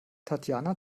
tatjana